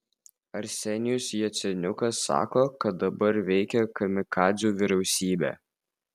arsenijus jaceniukas sako kad dabar veikia kamikadzių vyriausybė